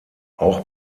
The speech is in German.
auch